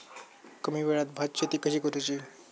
कमी वेळात भात शेती कशी करुची?